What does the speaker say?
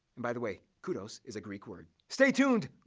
by the way, kudos is a greek word. stay tuned!